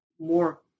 more